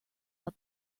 out